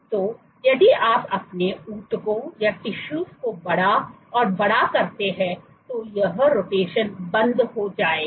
तो यदि आप अपने ऊतकों को बड़ा और बड़ा करते हैं तो यह रोटेशन बंद हो जाएगा